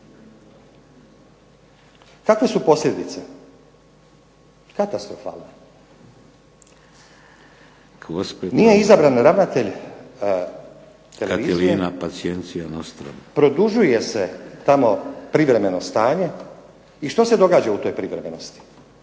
Kakve su posljedice? Katastrofalne. Nije izabran ravnatelj… … /Upadica se ne razumije./… Tamo privremeno stanje i što se događa u toj privremenosti?